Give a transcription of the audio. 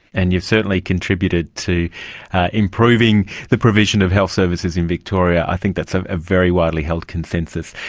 and you've certainly contributed to improving the provision of health services in victoria. i think that's a very widely held consensus.